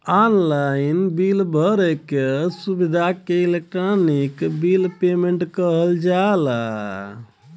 online bill भरे क सुविधा के इलेक्ट्रानिक बिल पेमेन्ट कहल जाला